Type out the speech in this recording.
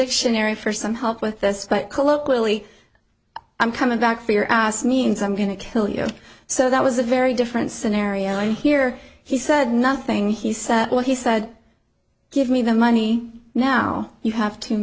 dictionary for some help with this but colloquially i'm coming back for your ass means i'm going to kill you so that was a very different scenario here he said nothing he said what he said give me the money now you have two